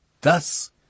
Thus